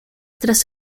tras